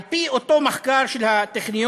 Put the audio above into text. על פי אותו מחקר של הטכניון,